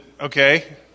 Okay